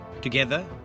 Together